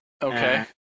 Okay